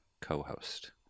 co-host